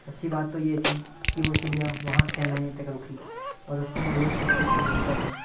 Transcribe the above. अच्छी बात तो यह थी कि वह चिड़िया वहाँ छह महीने तक रुकी और उसको मैं रोज छुप छुपकर देखता था